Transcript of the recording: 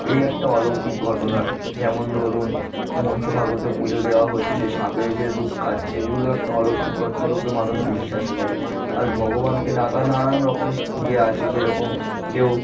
এই একটা অলৌকিক ঘটনা যেমন ধরুন মনসা ঠাকুরকে পুজো দেওয়া হচ্ছে সাপে এসে দুধ খাচ্ছে এগুলো একটা অলৌকিক ঘটনারূপে মানুষ বিশ্বাস করে আর ভগবানকে ডাকার নানান রকম ইয়ে আছে যেরকম কেউ